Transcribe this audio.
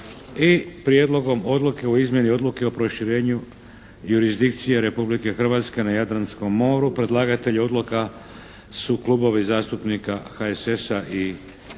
- Prijedlogom odluke o izmjeni Odluke o proširenju jurisdikcije Republike Hrvatske na Jadranskom moru, predlagatelj odluke klubovi zastupnika HSS-a i SDP-a,